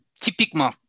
typiquement